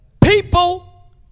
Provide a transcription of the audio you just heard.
people